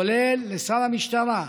כולל לשר המשטרה,